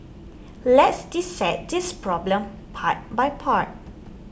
let's dissect this problem part by part